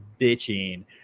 bitching